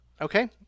okay